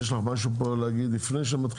יש לך משהו להגיד פה לפני שמתחילים?